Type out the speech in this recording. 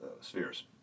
spheres